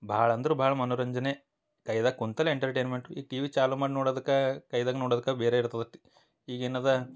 ಭಾಳ್ ಅಂದ್ರ ಭಾಳ್ ಮನೋರಂಜನೆ ಆಗ್ಯದ ಕುಂತಲ್ಲಿ ಎಂಟರ್ಟೈನ್ಮೆಂಟು ಈಗ ಟಿವಿ ಚಾಲು ಮಾಡಿ ನೋಡೋದಕ್ಕೆ ಕೈದಾಗ ನೋಡೋದಕ್ಕೆ ಬೇರೆ ಇರ್ತದ ಈಗ ಏನು ಅದ